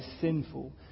sinful